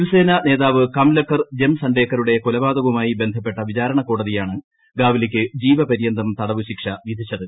ശിവ്സേന നേതാവ് കംലക്കർ ജംസണ്ടേക്കറുടെ കൊലപാതകവുമായി ബന്ധപ്പെട്ട വിചാരണ കോടതിയാണ് ഗാവ്ലിക്ക് ജീവപര്യന്തം തടവ് ശിക്ഷ ്വിധിച്ചത്